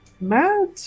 Mad